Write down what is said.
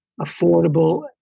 affordable